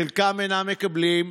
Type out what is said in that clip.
חבר הכנסת מיקי לוי,